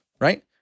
right